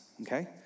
okay